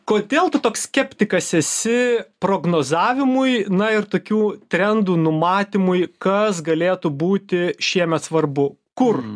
kodėl tu toks skeptikas esi prognozavimui na ir tokių trendų numatymui kas galėtų būti šiemet svarbu kur